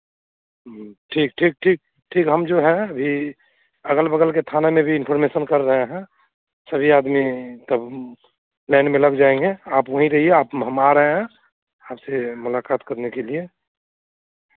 ठीक ठीक ठीक ठीक हम जो है अभी अगल बगल के थाने में भी इंफॉर्मेशन कर रहे हैं सभी आदमी तब लाइन में लग जाएँगे आप वहीं रहिए आप हम आ रहे हैं आपसे मुलाकात करने के लिए